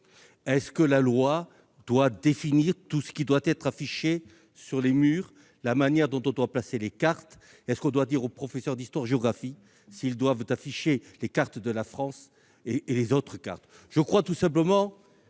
légiférer. La loi doit-elle définir tout ce qui doit être apposé sur les murs ? La manière dont on doit placer les cartes ? Doit-on dire aux professeurs d'histoire-géographie qu'ils doivent afficher les cartes de la France et les autres cartes ?